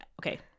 okay